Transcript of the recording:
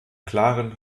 klaren